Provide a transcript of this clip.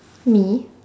me